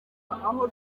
aho